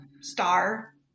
star